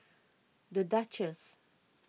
the Duchess